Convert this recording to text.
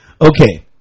Okay